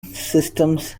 systems